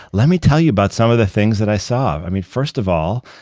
let me tell you about some of the things that i saw. i mean, first of all,